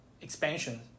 expansion